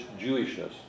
Jewishness